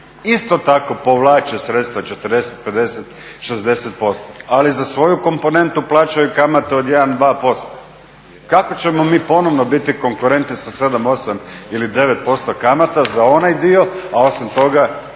isto tako povlače sredstva 40, 50, 60% ali za svoju komponentu plaćaju kamatu od 1, 2%. Kako ćemo mi ponovno biti konkurentni sa 7, 8 ili 9% kamata za onaj dio, a osim toga